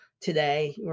Today